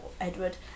Edward